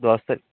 দশ তারিখ